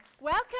Welcome